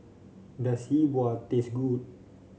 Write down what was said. does Yi Bua taste good